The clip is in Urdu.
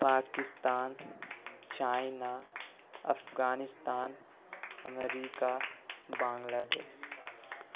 پاکستان چائنا افغانستان امریکہ بنگلہ دیش